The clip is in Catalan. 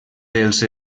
dels